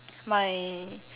my